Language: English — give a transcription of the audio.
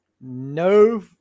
no